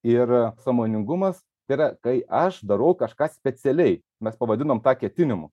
ir sąmoningumas tai yra kai aš darau kažką specialiai mes pavadinom tą ketinimu